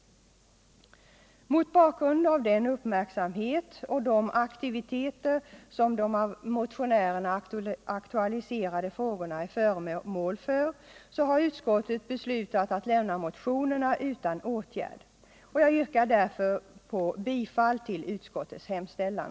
Mot bakgrund av den uppmärksamhet och de aktiviteter som de av motionärerna aktualiserade frågorna är föremål för har utskottet beslutat att lämna motionerna utan åtgärd. Jag yrkar därför på bifall till utskottets hemställan.